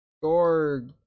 gorg